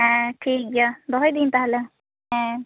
ᱦᱮᱸ ᱴᱷᱤᱠ ᱜᱮᱭᱟ ᱫᱚᱦᱚᱭᱫᱤᱧ ᱛᱟᱦᱚᱞᱮ ᱦᱮᱸ